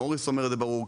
מוריס אומר את זה ברור,